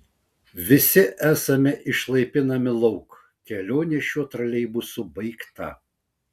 visi esame išlaipinami lauk kelionė šiuo troleibusu baigta